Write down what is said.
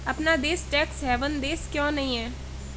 अपना देश tax haven देश क्यों नहीं है?